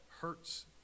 hurts